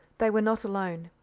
they were not alone.